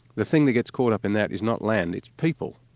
the thing that gets caught up in that is not land, it's people.